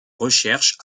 recherches